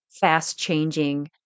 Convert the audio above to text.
fast-changing